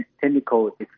technical